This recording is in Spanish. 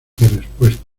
respuestas